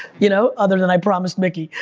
you know? other than i promise mickey,